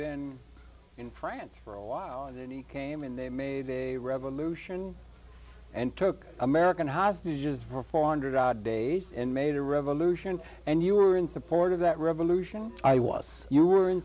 been in france for a while and then he came in they made a revolution and took american hostages for four hundred odd days and made a revolution and you were in support of that revolution i was your w